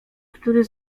który